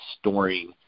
storing